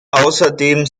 außerdem